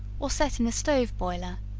or set in a stove boiler,